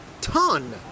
ton